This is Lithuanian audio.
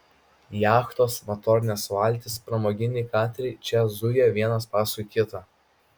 jachtos motorinės valtys pramoginiai kateriai čia zuja vienas paskui kitą